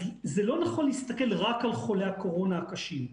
זה לא נכון להסתכל רק על חולי הקורונה הקשים.